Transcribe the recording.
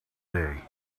day